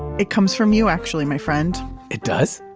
it comes from you, actually, my friend it does?